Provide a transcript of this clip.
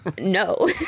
No